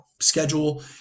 schedule